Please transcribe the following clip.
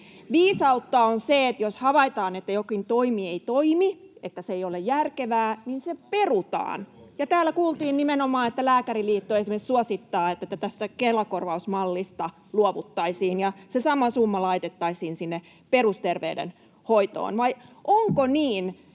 Viisautta on se, että jos havaitaan, että jokin toimi ei toimi ja että se ei ole järkevää, niin se perutaan. Täällä kuultiin nimenomaan, että esimerkiksi Lääkäriliitto suosittaa, että tästä Kela-korvausmallista luovuttaisiin ja se sama summa laitettaisiin sinne perusterveydenhoitoon. Vai onko niin,